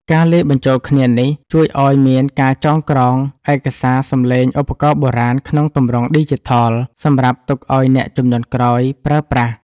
ការលាយបញ្ចូលគ្នានេះជួយឱ្យមានការចងក្រងឯកសារសំឡេងឧបករណ៍បុរាណក្នុងទម្រង់ឌីជីថល សម្រាប់ទុកឱ្យអ្នកជំនាន់ក្រោយប្រើប្រាស់។